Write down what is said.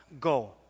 go